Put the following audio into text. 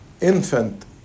infant